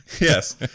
Yes